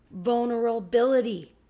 Vulnerability